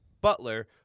Butler